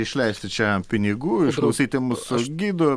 išleisti čia pinigų išklausyti mūsų gidų